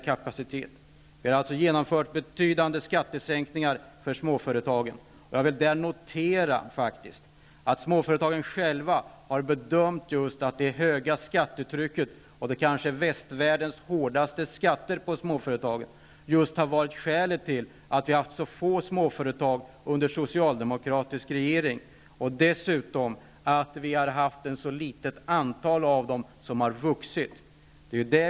Vi har genomfört betydande skattesänkningar för småföretagen, och jag vill notera att småföretagen själva har bedömt att just det höga skattetrycket -- kanske världens hårdaste skattebelastning på småföretagen -- har varit skälet till att vi har haft så få småföretag under den socialdemokratiska regeringstiden och att så få av dem har vuxit.